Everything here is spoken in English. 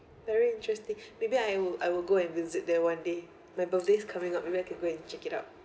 very interesting maybe I will I will go and visit there one day my birthday's coming up maybe I can go and check it out